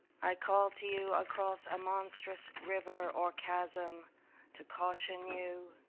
i call to you across a monstrous river or chasm to caution you,